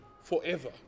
forever